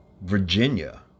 Virginia